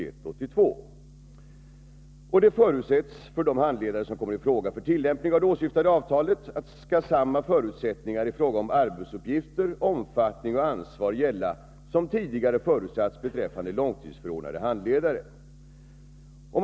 Det förutsätts, när det gäller de handledare som berörs av det åsyftade avtalet, att samma villkor i fråga om arbetsuppgifter, omfattning och ansvar, som tidigare förutsatts beträffande långtidsförordnade handledare, skall gälla.